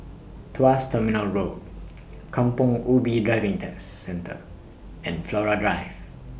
Tuas Terminal Road Kampong Ubi Driving Test Centre and Flora Drive